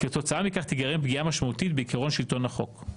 כתוצאה מכך תיגרם פגיעה משמעותית בעיקרון שלטון החוק.